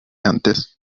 antes